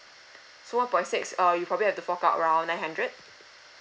so one point six uh you probably have to fork out around nine hundred